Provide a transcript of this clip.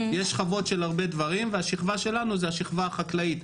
יש שכבות של הרבה דברים והשכבה שלנו זאת השכבה החקלאית,